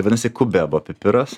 vadinasi kubebo pipiras